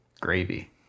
Gravy